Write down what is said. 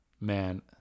Man